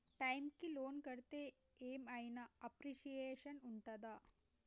Time కి loan కడ్తే ఏం ఐనా అప్రిషియేషన్ ఉంటదా?